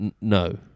no